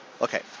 Okay